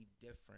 different